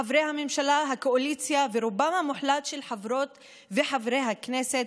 חברי הממשלה והקואליציה ורובם המוחלט של חברות וחברי הכנסת,